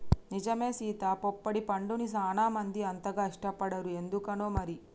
నిజమే సీత పొప్పడి పండుని సానా మంది అంతగా ఇష్టపడరు ఎందుకనో మరి